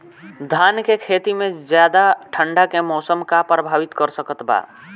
धान के खेती में ज्यादा ठंडा के मौसम का प्रभावित कर सकता बा?